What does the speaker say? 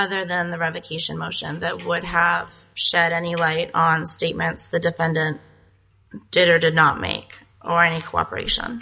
other than the revocation motion that would have set any light on statements the defendant did or did not make or any cooperation